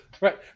Right